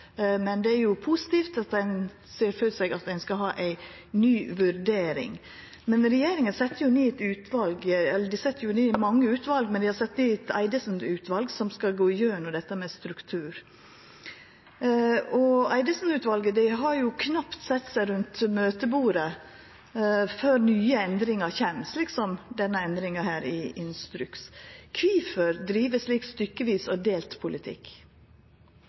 Men det er jo positivt at ein ser for seg at ein skal ha ei ny vurdering. Regjeringa sette ned eit utval – dei set ned mange utval, men dei har sett ned Eidesen-utvalet – som skal gå gjennom dette med struktur. Eidesen-utvalet har jo knapt sett seg rundt møtebordet før nye endringar kjem, slik som denne endringa i instruksen. Kvifor driv ein slik stykkevis-og-delt-politikk? Det er helt riktig at fiskeriministeren og